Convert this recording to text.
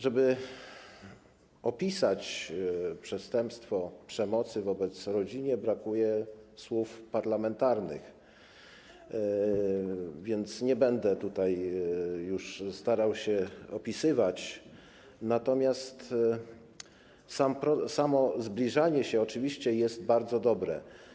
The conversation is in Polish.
Żeby opisać przestępstwo przemocy wobec rodziny, brakuje słów parlamentarnych, więc nie będę tutaj już starał się tego opisywać, natomiast samo zbliżanie się oczywiście jest bardzo dobre.